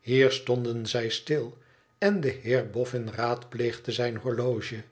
hier stonden zij stil en de heer boffin raadpleegde zijn horloge